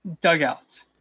dugout